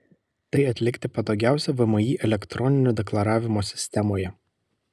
tai atlikti patogiausia vmi elektroninio deklaravimo sistemoje